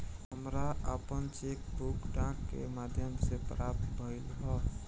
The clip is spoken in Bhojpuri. हमरा आपन चेक बुक डाक के माध्यम से प्राप्त भइल ह